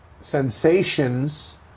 sensations